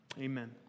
Amen